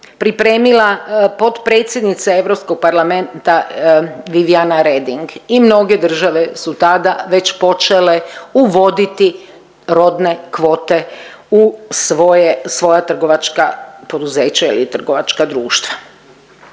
pripremila potpredsjednica Europskog parlamenta Viviana Reding i mnoge države su tada već počele uvoditi rodne kvote u svoja trgovačka poduzeća ili trgovačka društva.